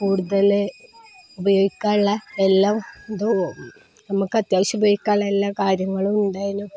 കൂടുതല് ഉപയോഗിക്കാനുള്ള എല്ലാം നമുക്ക് അത്യാവശ്യം ഉപയോഗിക്കാനുള്ള എല്ലാ കാര്യങ്ങളും ഉണ്ടുതാനും